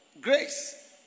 grace